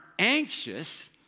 anxious